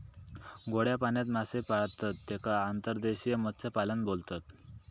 गोड्या पाण्यात मासे पाळतत तेका अंतर्देशीय मत्स्यपालन बोलतत